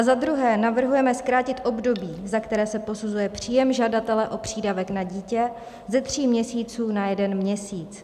Za druhé navrhujeme zkrátit období, za které se posuzuje příjem žadatele o přídavek na dítě, ze tří měsíců na jeden měsíc.